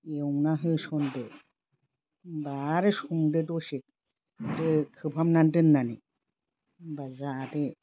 एवना होसनदो होमब्ला आरो संदो दसे खोबहाबनानै दोननानै होमब्ला जादो